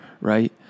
right